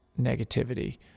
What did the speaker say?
negativity